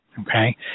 Okay